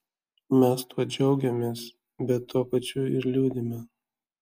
mes tuo džiaugiamės bet tuo pačiu ir liūdime